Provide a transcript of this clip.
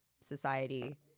society